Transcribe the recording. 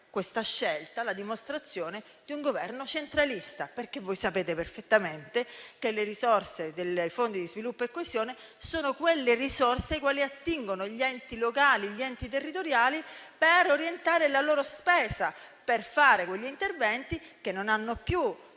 è essa stessa la dimostrazione di un Governo centralista. Voi sapete perfettamente infatti che alle risorse del Fondo di sviluppo e coesione attingono gli enti locali e gli enti territoriali per orientare la loro spesa, per fare quegli interventi che non hanno più